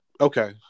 Okay